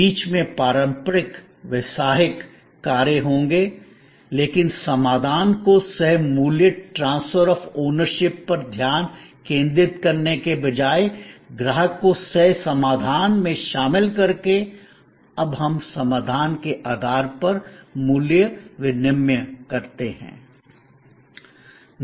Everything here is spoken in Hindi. बीच में पारंपरिक व्यावसायिक कार्य होंगे लेकिन समाधान को सह मूल्य ट्रांसफर आफ ओनरशिप पर ध्यान केंद्रित करने के बजाय ग्राहक को सह समाधान में शामिल करके हम अब समाधान के आधार पर मूल्य विनिमय करते हैं